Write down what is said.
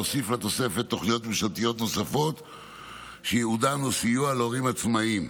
להוסיף לתוספת תוכניות ממשלתיות שייעודן הוא סיוע להורים עצמאיים.